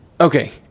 Okay